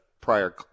prior